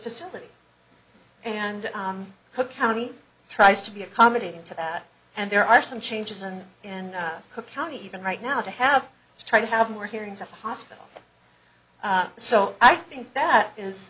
facility and cook county tries to be accommodating to that and there are some changes in and cook county even right now to have to try to have more hearings at the hospital so i think that is